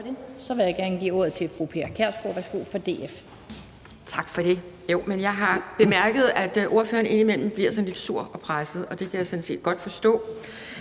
Tak for det.